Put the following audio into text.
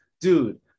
dude